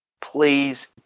please